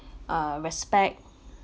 uh respect